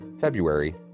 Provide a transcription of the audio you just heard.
February